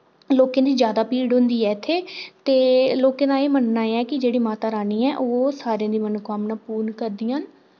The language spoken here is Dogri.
लोकें दी ज्यादा भीड़ होंदी ऐ इत्थै ते लोकें दा एह् मन्नना ऐ कि जेह्ड़ी माता रानी ऐ ओह् सारें दी मनोकामना पूर्ण करदियां न